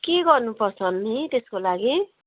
के गर्नु पर्छ नि त्यसको लागि